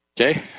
Okay